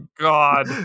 god